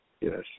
Yes